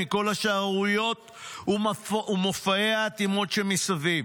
מכל השערוריות ומופעי האטימות שמסביב?